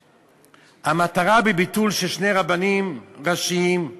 שהמטרה בביטול של שני רבנים ראשיים היא